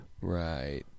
right